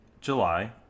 July